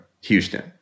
Houston